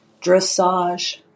dressage